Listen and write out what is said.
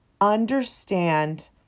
understand